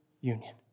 union